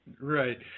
Right